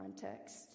context